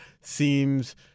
seems